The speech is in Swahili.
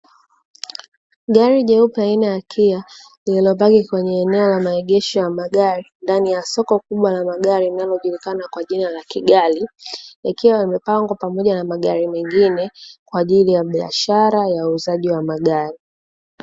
Gari jeupe aina ya Kia, lililopaki kwenye eneo la maegesho ya magari ndani ya soko kubwa la magari; linalojulikana kwa jina la kigali, yakiwa yamepangwa pamoja na magari mengine, kwa ajili ya biashara ya uuzaji wa magari.